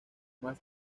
más